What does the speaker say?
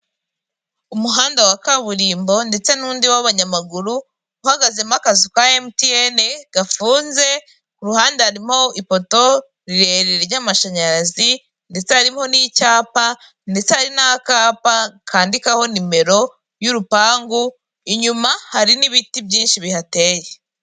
Umuhanda wa kaburimbo ndetse n'undi w'abanyamaguru uhagazemo akazu ka Mtn gafunze, ku ruhande harimo ipoto rirerire ry'amashanyarazi ndetse harimo n'icyapa ndetse hari n'akapa kandikaho nimero y'urupangu, inyuma hari n'ibiti by'inshi bihateye.